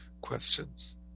Questions